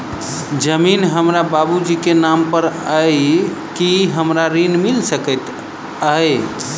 जमीन हमरा बाबूजी केँ नाम पर अई की हमरा ऋण मिल सकैत अई?